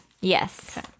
Yes